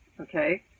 okay